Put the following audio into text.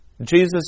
Jesus